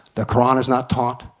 the koran is not taught,